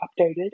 updated